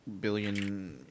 billion